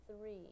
three